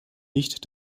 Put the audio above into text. nicht